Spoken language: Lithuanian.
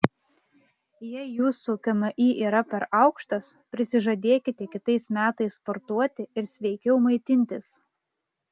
jei jūsų kmi yra per aukštas prisižadėkite kitais metais sportuoti ir sveikiau maitintis